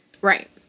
Right